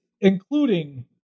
including